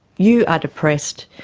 you are depressed,